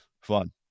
Fun